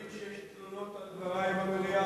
אני מבין שיש תלונות על דברי במליאה?